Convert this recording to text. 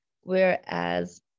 Whereas